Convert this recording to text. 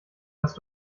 hast